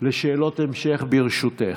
לשאלות המשך, ברשותך.